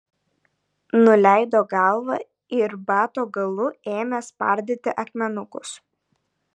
nuleido galvą ir bato galu ėmė spardyti akmenukus